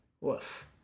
Woof